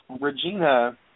Regina